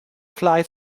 fly